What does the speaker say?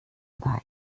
weit